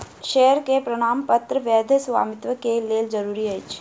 share के प्रमाणपत्र वैध स्वामित्व के लेल जरूरी अछि